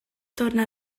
torna